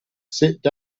sit